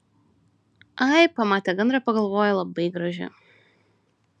ai pamate gandrą pagalvoja labai graži